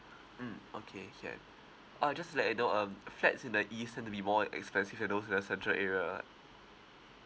mm okay can uh just to let you know um flats in the east tend to be more expensive and also the central area ah